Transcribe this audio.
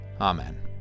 Amen